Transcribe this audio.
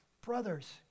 Brothers